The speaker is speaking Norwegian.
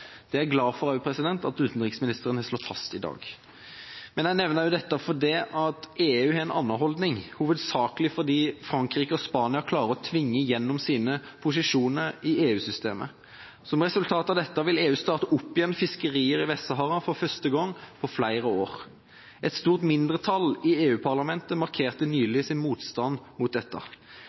Det er jeg glad for at utenriksministeren har slått fast i dag. Jeg nevner også dette fordi EU har en annen holdning, hovedsakelig fordi Frankrike og Spania klarer å tvinge gjennom sine posisjoner i EU-systemet. Som resultat av dette vil EU starte opp igjen fiskerier i Vest-Sahara for første gang på flere år. Et stort mindretall i EU-parlamentet markerte nylig sin motstand mot dette.